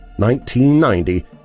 1990